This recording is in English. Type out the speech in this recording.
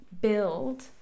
build